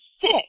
sick